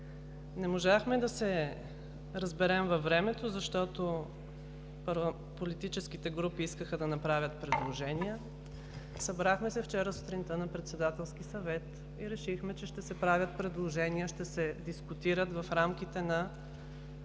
Не можахме да се разберем във времето, защото политическите групи искаха да направят предложения. Вчера сутринта се събрахме на Председателски съвет и решихме, че ще се правят предложения, ще се дискутират в рамките на